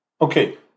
Okay